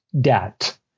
debt